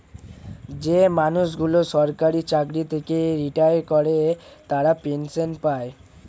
যে মানুষগুলো সরকারি চাকরি থেকে রিটায়ার করে তারা পেনসন পায়